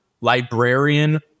librarian